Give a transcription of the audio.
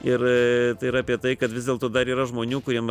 ir tai yra apie tai kad vis dėlto dar yra žmonių kuriem